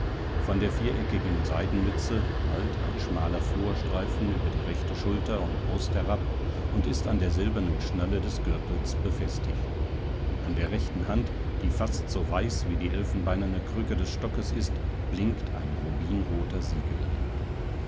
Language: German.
von der viereckigen seidenmütze wallt ein schmaler florstreifen über die rechte schulter und brust herab und ist an der silbernen schnalle des gürtels befestigt an der rechten hand die fast so weiß wie die elfenbeinerne krücke des stockes ist blinkt ein rubinroter siegelring